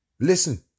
Listen